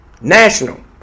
National